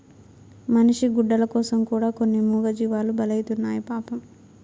మనిషి గుడ్డల కోసం కూడా కొన్ని మూగజీవాలు బలైతున్నాయి పాపం